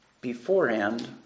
beforehand